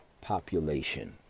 population